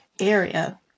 area